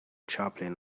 chaplain